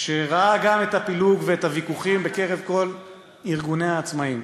וראה גם את הפילוג ואת הוויכוחים בקרב כל ארגוני העצמאים